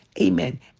Amen